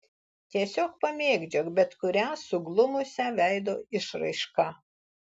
tiesiog pamėgdžiok bet kurią suglumusią veido išraišką